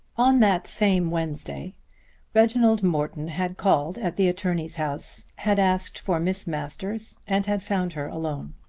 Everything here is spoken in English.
on that same wednesday reginald morton had called at the attorney's house, had asked for miss masters, and had found her alone.